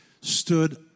stood